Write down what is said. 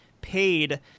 paid